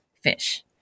fish